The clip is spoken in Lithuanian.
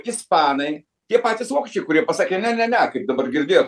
ispanai tie patys vokiečiai kurie pasakė ne ne ne kaip dabar girdėjot